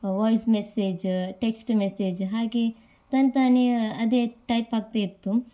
voice message text message ಹಾಗೆ ತನ್ತಾನೇ ಅದೇ ಟೈಪಾಗ್ತಾ ಇತ್ತು